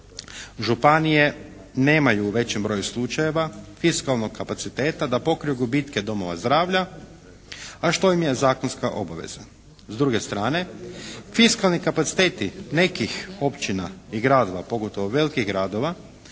županije nemaju u većem broju slučajeva fiskalnog kapaciteta da pokriju gubitke domova zdravlja a što im je zakonska obveza. S druge strane, fiskalni kapaciteti nekih općina i gradova, pogotovo velikih gradova